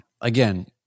again